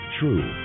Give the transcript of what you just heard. true